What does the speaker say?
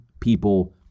people